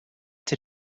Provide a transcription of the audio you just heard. did